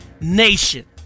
Nation